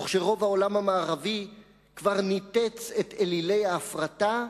וכשרוב העולם המערבי כבר ניתץ את אלילי ההפרטה,